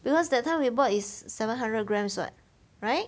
because that time we bought is seven hundred grams [what] right